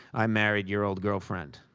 i married your old girlfriend.